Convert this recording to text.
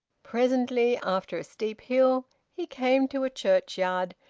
presently, after a steep hill, he came to a churchyard,